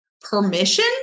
Permission